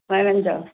പതിനഞ്ചോ